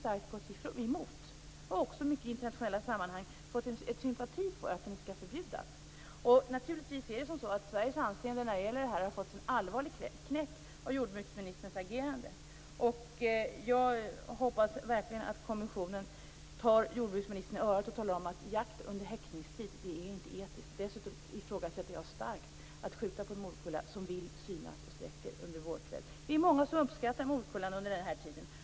Vi har också fått mycket sympati i internationella sammanhang för att den skall förbjudas. Naturligtvis har Sveriges anseende när det gäller de här frågorna fått en allvarlig knäck av jordbruksministerns agerande. Jag hoppas verkligen att kommissionen tar jordbruksministern i örat och talar om att jakt under häckningstid inte är etiskt. Dessutom ifrågasätter jag starkt att skjuta på morkulla som vill synas och som sträcker under vårkvällar. Vi är många som uppskattar morkullan under den här tiden.